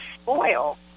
spoil